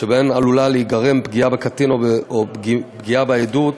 שבהן עלולה להיגרם פגיעה בקטין או פגיעה בעדות,